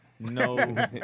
no